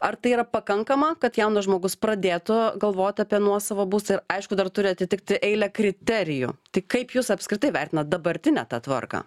ar tai yra pakankama kad jaunas žmogus pradėtų galvot apie nuosavą būstą ir aišku dar turi atitikti eilę kriterijų tai kaip jūs apskritai vertinat dabartinę tą tvarką